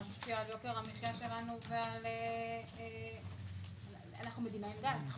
זה השפיע על יוקר המחייה שלנו ועל --- אנחנו מדינה עם גז.